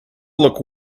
look